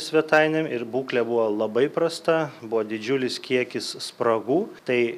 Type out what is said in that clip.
svetainėm ir būklė buvo labai prasta buvo didžiulis kiekis spragų tai